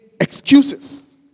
excuses